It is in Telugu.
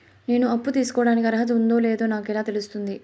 నేను అప్పు తీసుకోడానికి అర్హత ఉందో లేదో నాకు ఎలా తెలుస్తుంది?